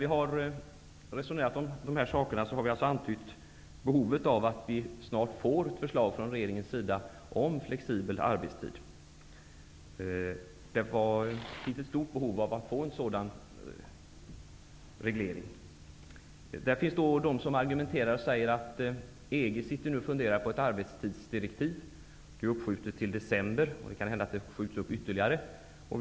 Vi har i betänkandet antytt behovet av att vi snart får ett förslag från regeringen om flexibel arbetstid. I argumentation från en del håll anförs att man i EG nu funderar på ett arbetstidsdirektiv. Detta är nu uppskjutet till december, och det kan tänkas bli uppskjutet ytterligare en tid.